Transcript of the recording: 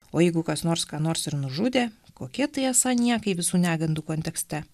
o jeigu kas nors ką nors ir nužudė kokie tai esą niekai visų negandų kontekste